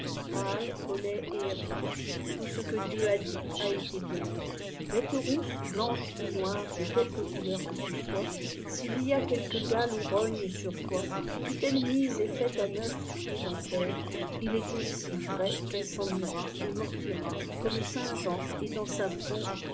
colét et hervé tout ce que dieu a dit a été bien dit béte rousse blanche ou noire de quelque couleur que tu sois s'il y a quelque gale ou rogne sur toi fût-elle mise et faite à neuf pieds dans terre il est aussi vrai qu'elle s en ira et mortira comme saint jean est dans sa peau